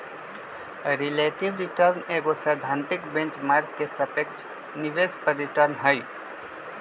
relative return एगो सैद्धांतिक benchmark के सापेक्ष निवेश पर रिटर्न हइ